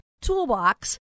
TOOLBOX